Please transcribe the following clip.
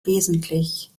wesentlich